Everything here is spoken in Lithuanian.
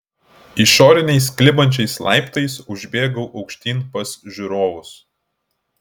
išoriniais klibančiais laiptais užbėgau aukštyn pas žiūrovus